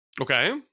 Okay